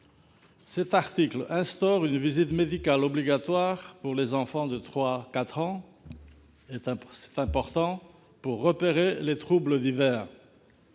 Cet article instaure une visite médicale obligatoire pour les enfants de 3 ou 4 ans. C'est important pour repérer divers troubles.